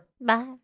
Bye